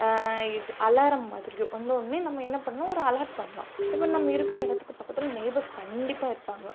இது அலாரம் மாதிரியோ வந்தோடன்னே நம்ம என்ன பண்ணும் ஒரு அலார்ட் பண்ணலாம் இப்போ நம்ம இருக்கிற இடத்துக்கு பக்கத்தில் நெய்பர்ஸ் கண்டிப்பாக இருப்பாங்கள்